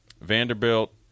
Vanderbilt